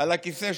על הכיסא,